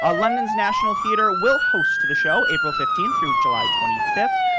ah london's national theatre will host the show, april fifteenth through july twenty fifth,